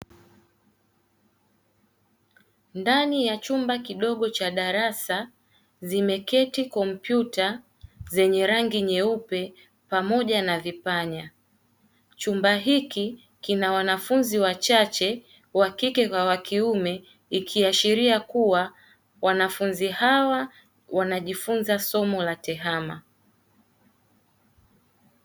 Ndani ya chumba kidogo cha darasa zimeketi kompyuta zenye rangi nyeupe pamoja na vipanya. Chumba hiki kina wanafunzi wachache (wa kike kwa wa kiume) ikiashiria kuwa wanafunzi hawa wanajifunza somo la TEHAMA.